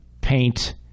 paint